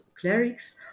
clerics